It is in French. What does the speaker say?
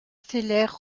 stellaire